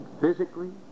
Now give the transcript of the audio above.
physically